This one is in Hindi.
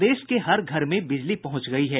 प्रदेश के हर घर में बिजली पहुंच गयी है